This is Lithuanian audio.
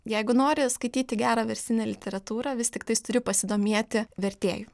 jeigu nori skaityti gerą verstinę literatūrą vis tiktais turi pasidomėti vertėju